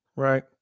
Right